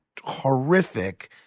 horrific